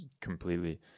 Completely